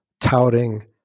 touting